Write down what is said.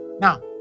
Now